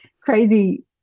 crazy